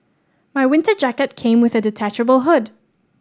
my winter jacket came with a detachable hood